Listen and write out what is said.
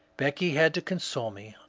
becky had to oonsole me.